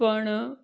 પણ